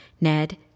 Ned